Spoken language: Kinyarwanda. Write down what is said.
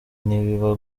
nibiba